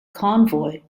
convoy